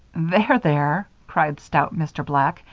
there, there! cried stout mr. black,